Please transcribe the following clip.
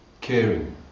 caring